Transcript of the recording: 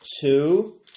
two